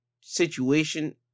situation